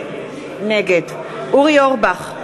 נגד אורי אורבך,